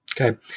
Okay